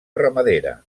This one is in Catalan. ramadera